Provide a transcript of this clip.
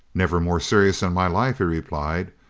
never more serious in my life, he replied,